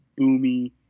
boomy